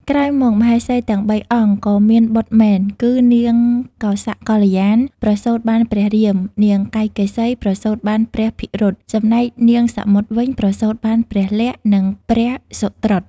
ក្រោយមកមហេសីទាំងបីអង្គ ក៏មានបុត្រមែន គឺនាងកោសកល្យាណ ប្រសូតបានព្រះរាម នាងកៃកេសីប្រសូតបានព្រះភិរុត ចំណែកនាងសមុទ្រវិញ ប្រសូតបាន ព្រះលក្សណ៍ និងព្រះសុត្រុត។